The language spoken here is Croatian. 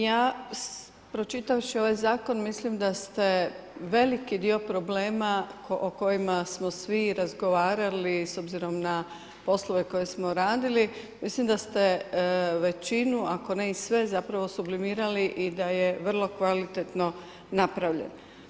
Ja pročitavši ovaj zakon mislim da ste veliki dio problema o kojima smo svi razgovarali s obzirom na poslove koje smo radili, mislim da ste većinu ako ne i sve zapravo sublimirali i da je vrlo kvalitetno napravljen.